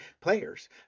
players